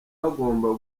hagomba